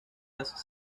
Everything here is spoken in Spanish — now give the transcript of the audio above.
las